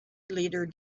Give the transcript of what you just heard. leader